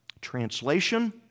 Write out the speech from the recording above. Translation